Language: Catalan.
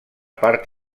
part